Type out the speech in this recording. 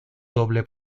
doble